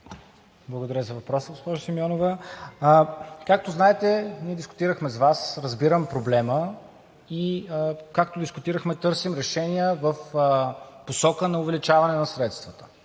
Благодаря за въпроса, госпожо Симеонова. Както знаете, ние дискутирахме с Вас, разбирам проблема и търсим решения в посока на увеличаване на средствата.